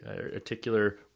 articular